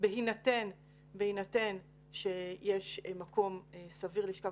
בהינתן שיש מקום סביר לשכב,